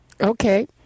Okay